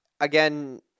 again